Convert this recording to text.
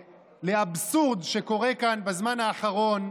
לאבסורד שקורה כאן בזמן האחרון.